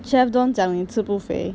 chef don 讲你吃不肥